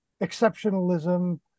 exceptionalism